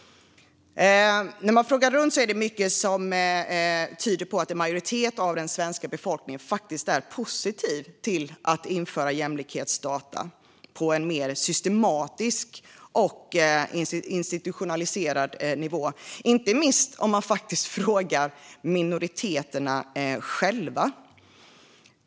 När man frågar runt är det mycket som tyder på att en majoritet av den svenska befolkningen är positiv till att införa jämlikhetsdata på en mer systematisk och institutionaliserad nivå. Det gäller inte minst om man frågar minoriteterna själva.